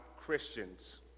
Christians